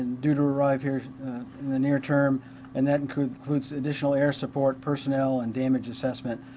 due to arrive here in the near term and that includes additional air support personnel and damage assessment.